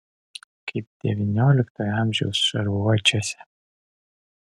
kaip devynioliktojo amžiaus šarvuočiuose